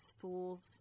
fools